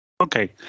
Okay